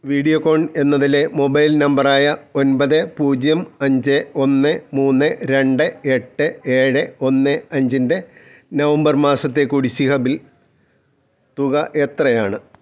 Videocon എന്നതിലെ mobile നമ്പറായ ഒൻപത് പൂജ്യം അഞ്ച് ഒന്ന് മൂന്ന് രണ്ട് എട്ട് ഏഴ് ഒന്ന് അഞ്ചിൻ്റെ നവംബർ മാസത്തെ കുടിശ്ശിക ബിൽ തുക എത്രയാണ്